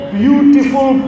beautiful